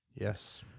Yes